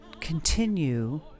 continue